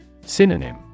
Synonym